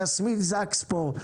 יסמין זקס פה.